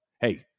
hey